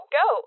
go